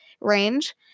range